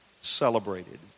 celebrated